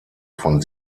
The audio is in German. von